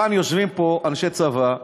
יושבים פה אנשי צבא,